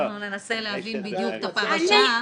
אנחנו ננסה להבין בדיוק את הפרשה.